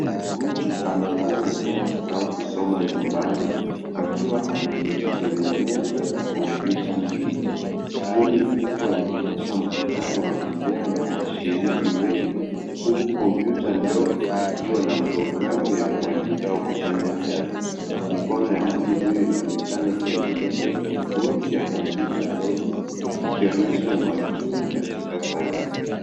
Mtu anafanya kazi au kusoma nyumbani, akiwa ameketi kwenye meza na kompyuta mbili. Skrini kubwa inaonyesha mkutano wa video na washiriki wengi, huku kompyuta ndogo ikiwa na programu ya kuandika au kufanya kazi. Mikono ya mtu huyo inaonekana kiandika kwenye kibodi ya kompyuta ndogo, ikionyesha umakini katika kazi.